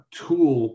tool